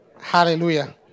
Hallelujah